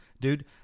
Dude